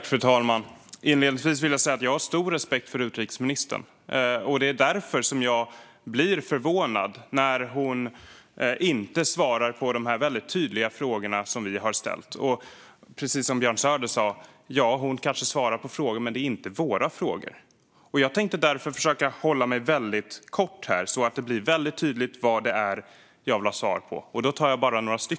Fru talman! Inledningsvis vill jag säga att jag har stor respekt för utrikesministern. Det är därför jag blir förvånad när hon inte svarar på de väldigt tydliga frågor som vi har ställt. Precis som Björn Söder sa: Hon kanske svarar på frågor, men det är inte våra frågor. Jag tänkte därför försöka att hålla mig väldigt kort här, så att det blir väldigt tydligt vad det är jag vill ha svar på. Jag tar bara upp några saker.